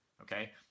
okay